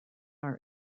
are